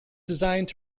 designed